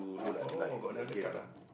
oh got another card ah